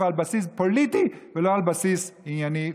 על בסיס פוליטי ולא על בסיס ענייני ותקציבי.